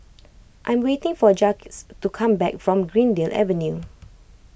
I'm waiting for Jacquez to come back from Greendale Avenue